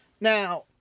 Now